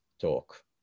talk